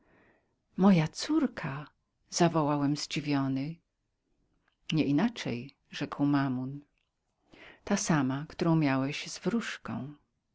moja córka zawołałem zdziwiony nieinaczej rzekł mammon ta sama którą miałeś z wróżką